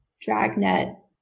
dragnet